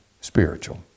spiritual